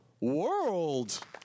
World